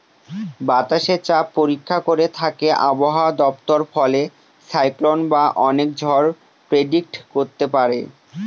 বাতাসের চাপ পরীক্ষা করে থাকে আবহাওয়া দপ্তর ফলে সাইক্লন বা অনেক ঝড় প্রেডিক্ট করতে পারে